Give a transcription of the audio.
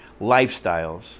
lifestyles